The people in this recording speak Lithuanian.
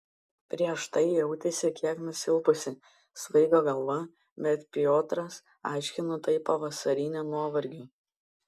prieš tai jautėsi kiek nusilpusi svaigo galva bet piotras aiškino tai pavasariniu nuovargiu